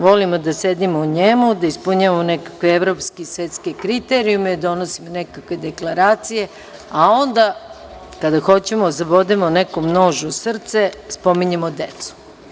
Volimo da sedimo u njemu, da ispunjavamo nekakve evropske i svetske kriterijume, donosimo nekakve deklaracije, a onda kada hoćemo da zabodemo nekom nož u srce - spominjemo decu.